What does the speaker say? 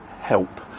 help